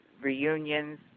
reunions